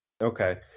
Okay